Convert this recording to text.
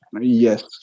Yes